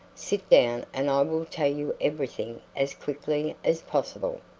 sit down and i will tell you everything as quickly as possible.